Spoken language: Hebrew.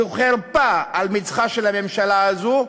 זו חרפה על מצחה של הממשלה הזאת,